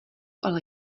ale